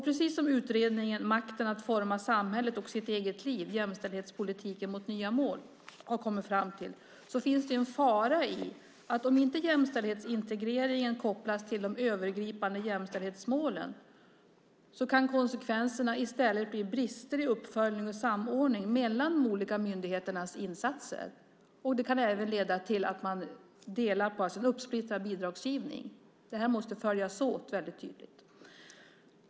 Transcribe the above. Precis som utredningen Makt att forma samhället och sitt eget liv - jämställdhetspolitiken mot nya mål har kommit fram till, finns det en fara i att om inte jämställdhetsintegreringen kopplas till de övergripande jämställdhetsmålen kan konsekvenserna i stället bli brister i uppföljning och samordning mellan de olika myndigheternas insatser. Det kan även leda till en uppsplittrad bidragsgivning. Det måste följas åt tydligt.